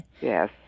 Yes